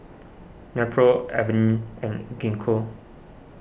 Nepro Avene and Gingko